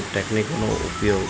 ટેકનિકોનો ઉપયોગ